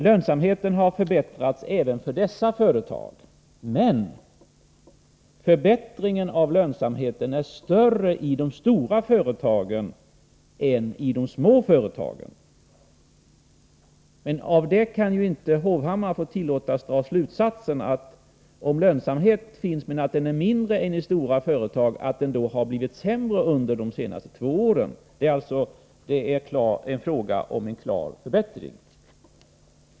Lönsamheten har förbättrats även för småföretagen, men förbättringen av lönsamheten är större i de stora företagen än i de små. Av det faktum att lönsamheten finns men att den är mindre än i de stora företagen kan inte Hovhammar tillåtas dra slutsatsen att lönsamheten har blivit sämre under de senaste två åren. Det är i stället fråga om en klar förbättring.